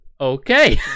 okay